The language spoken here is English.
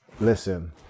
Listen